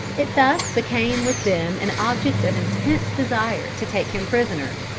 it thus became with them an object of intense desire to take him prisoner,